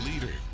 leader